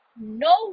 no